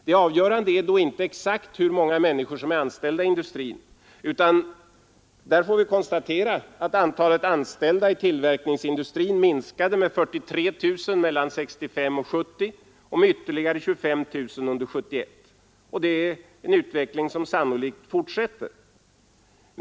Det avgörande är då inte exakt hur många människor som är anställda inom industrin, utan där får vi konstatera att antalet anställda i tillverkningsindustrin minskade med 43 000 mellan 1965 och 1970 samt med ytterligare 25 000 under 1971. Och det är en utveckling som sannolikt fortsätter.